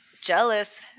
jealous